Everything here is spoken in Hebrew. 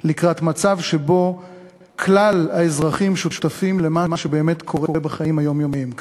לקראת מצב שבו כלל האזרחים שותפים למה שבאמת קורה בחיים היומיומיים כאן.